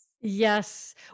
Yes